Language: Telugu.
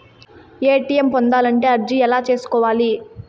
ఎ.టి.ఎం పొందాలంటే ఎలా అర్జీ సేసుకోవాలి?